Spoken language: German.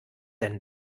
denn